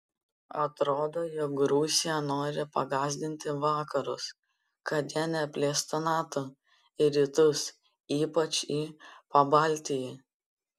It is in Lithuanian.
atrodo jog rusija nori pagąsdinti vakarus kad jie neplėstų nato į rytus ypač į pabaltijį